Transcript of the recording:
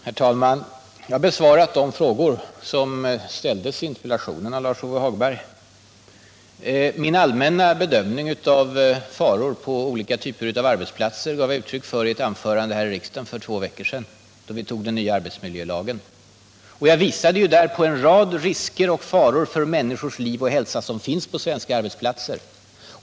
Herr talman! Jag har besvarat de frågor som ställdes i interpellationen av Lars-Ove Hagberg. Min allmänna bedömning av faror på olika typer av arbetsplatser gav jag uttryck för i mitt anförande här i riksdagen för två veckor sedan då vi antog den nya arbetsmiljölagen. Jag visade där på en rad risker och faror för människors liv och hälsa som finns på svenska arbetsplatser.